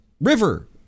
River